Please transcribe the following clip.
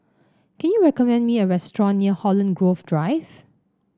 can you recommend me a restaurant near Holland Grove Drive